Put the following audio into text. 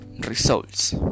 results